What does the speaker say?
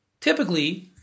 Typically